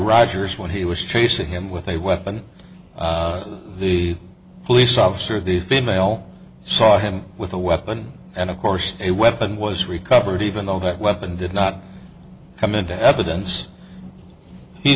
rogers when he was chasing him with a weapon the police officer this female saw him with a weapon and of course a weapon was recovered even though that weapon did not come into evidence he